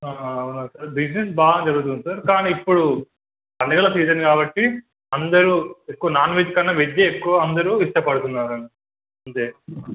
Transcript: అవునా sir business బాగా జరుగుతుంది సార్ కానీ ఇప్పుడు పండగల సీజన్ కాబట్టి అందరూ ఎక్కువ నాన్వెెజ్ కన్నా వెజ్జే ఎక్కువ అందరూ ఇష్టపడుతున్నారు అంతే